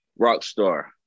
Rockstar